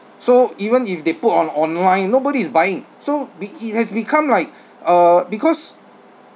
so even if they put on online nobody is buying so b~ it has become like uh because